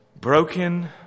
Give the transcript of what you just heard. Broken